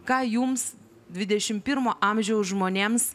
ką jums dvidešimt pirmo amžiaus žmonėms